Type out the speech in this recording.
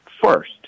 first